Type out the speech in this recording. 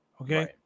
Okay